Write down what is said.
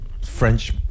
French